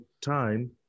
time